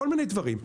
כל מיני דברים.